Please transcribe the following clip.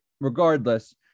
regardless